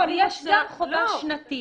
יש גם חובה שנתית.